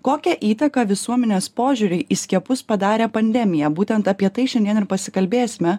kokią įtaką visuomenės požiūriui į skiepus padarė pandemija būtent apie tai šiandien ir pasikalbėsime